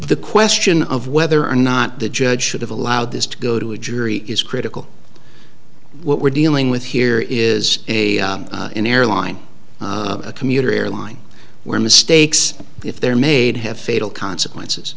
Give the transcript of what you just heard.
the question of whether or not the judge should have allowed this to go to a jury is critical what we're dealing with here is a an airline a commuter airline where mistakes if they're made have fatal consequences